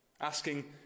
asking